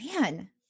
man